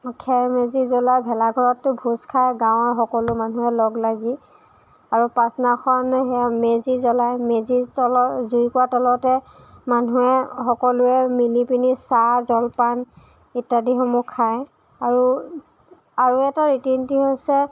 খেৰৰ মেজি জ্বলাই ভেলাঘৰত ভোজ খায় গাঁৱৰ সকলো মানুহে লগ লাগি আৰু পাছদিনাখন সেই মেজি জ্বলাই মেজিৰ তলত জুইকুৰাৰ তলতে মানুহে সকলোৱে মিলি পিনি চাহ জলপান ইত্যাদিসমূহ খায় আৰু আৰু এটা ৰীতি নীতি হৈছে